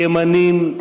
ימנים,